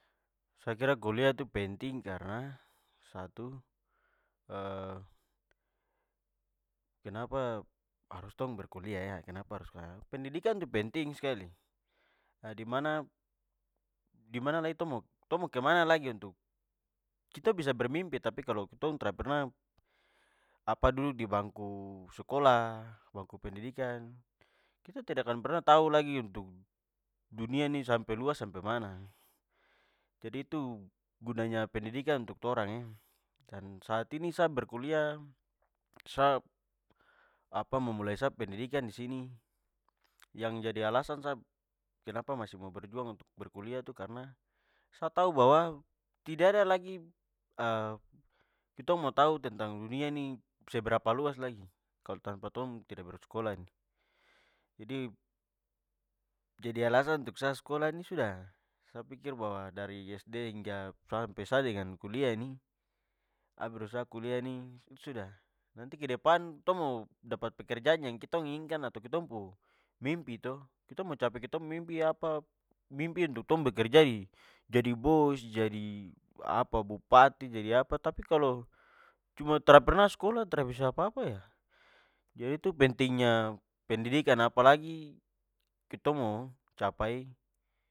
Sa kira kuliah itu penting karna satu, kenapa harus tong berkuliah e, kenapa harus ka, pendidikan itu penting skali! Dimana dimana lagi tong mo kemana lagi untuk, kita bisa bermimpi tapi kalo tong tra pernah apa duduk di bangku sekolah, bangku pendidikan. Kita tidak akan pernah tau lagi dunia ini luas sampe mana. Jadi, itu gunanya pendidikan untuk torang e! Saat ini sa berkuliah, sa apa memulai sa pendidikan disini, yang jadi alasan sa kenapa masih mau berjuang untuk berkuliah itu karna sa tau bahwa tidak ada lagi kitong mo tau tentang dunia ini seberapa luas lagi. Kalo tanpa tong tidak bersekolah ini. Jadi, jadi alasan untuk sa sekolah ini sudah. Sa pikir bahwa dari SD hingga sampe sa dengan kuliah nih, sa berusaha kuliah nih, itu sudah. Nanti ke depan tong mo dapat pekerjaan yang ketong inginkan atau kitong pu mimpi to, ketong mo capai ketong pu mimpi apa, mimpi untuk ketong bekerja jadi bos, jadi apa bupati, jadi apa, tapi kalo cuma tra pernah sekolah, tra bisa apa-apa ya, itu pentingnya pendidikan apalagi ketong mo capai